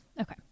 okay